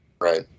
Right